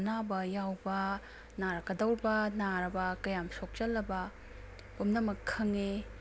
ꯑꯅꯥꯕ ꯌꯥꯎꯕ ꯅꯥꯔꯛꯀꯗꯧꯕ ꯅꯥꯔꯕ ꯀꯌꯥꯝ ꯁꯣꯛꯆꯜꯂꯕ ꯄꯨꯝꯅꯃꯛ ꯈꯪꯉꯦ